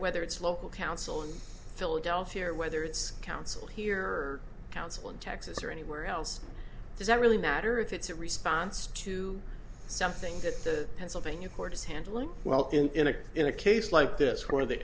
whether it's local counsel in philadelphia or whether it's counsel here or counsel in texas or anywhere else does that really matter if it's a response to something that the pennsylvania court is handling well in a case in a case like this